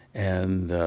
and,